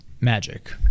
magic